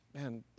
man